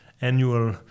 annual